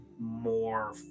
more